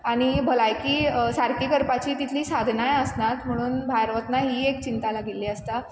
आनी भलायकी सारकी करपाचीं तितलीं साधनांय आसनात म्हुणून भायर वतना ही एक चिंता लागिल्ली आसता